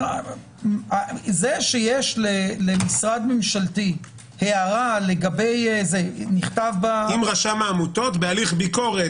זה שיש למשרד ממשלתי הערה לגבי מכתב- - אם רשם העמותות בהליך ביקורת